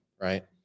right